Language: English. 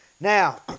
Now